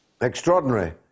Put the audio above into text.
Extraordinary